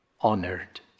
honored